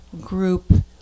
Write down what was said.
group